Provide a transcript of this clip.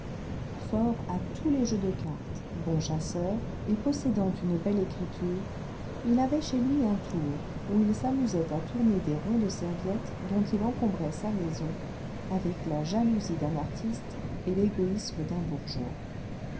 fort à tous les jeux de cartes bon chasseur et possédant une belle écriture il avait chez lui un tour où il s'amusait à tourner des ronds de serviette dont il encombrait sa maison avec la jalousie d'un artiste et l'égoïsme d'un bourgeois